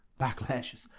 backlashes